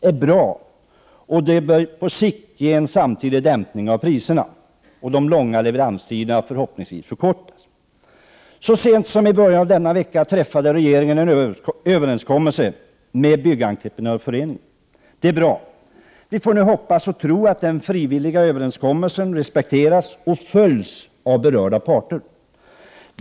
Detta bör på sikt samtidigt ge en dämpning av priserna och leda till att de långa leveranstiderna förkortas. Så sent som i början av denna vecka träffade regeringen en överenskommelse med Byggentreprenörföreningen. Det är bra. Vi får nu hoppas och tro att den frivilliga överenskommelsen respekteras och följs av berörda parter.